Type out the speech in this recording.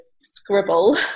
scribble